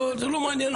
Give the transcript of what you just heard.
זה לא מעניין אותם בכלל.